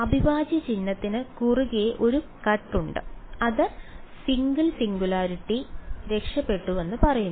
അവിഭാജ്യ ചിഹ്നത്തിന് കുറുകെ ഒരു കട്ട് ഉണ്ട് അത് സിംഗിൾ സിംഗുലാരിറ്റി രക്ഷപ്പെട്ടുവെന്ന് പറയുന്നു